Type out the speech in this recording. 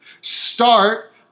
Start